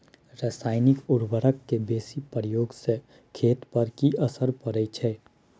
रसायनिक उर्वरक के बेसी प्रयोग से खेत पर की असर परै छै?